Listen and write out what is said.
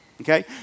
Okay